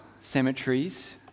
cemeteries